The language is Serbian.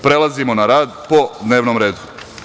Prelazimo na rad po dnevnom redu.